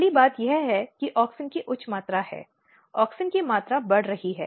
पहली बात यह है कि ऑक्सिन की उच्च मात्रा है ऑक्सिन की मात्रा बढ़ रही है